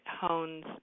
hones